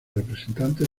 representantes